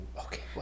Okay